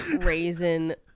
raisin